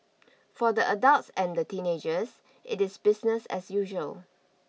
for the adults and the teenagers it is business as usual